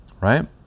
Right